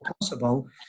possible